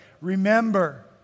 Remember